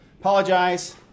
Apologize